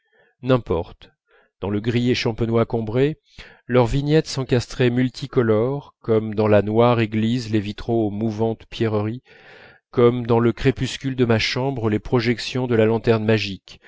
n'importe dans le gris et champenois combray elles et leurs vignettes s'encastraient multicolores comme dans la noire église les vitraux aux mouvantes pierreries comme dans le crépuscule de ma chambre les projections de la lanterne magique